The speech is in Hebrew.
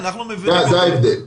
זה ההבדל.